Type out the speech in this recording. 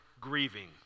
grieving